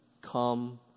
come